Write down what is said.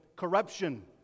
corruption